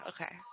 okay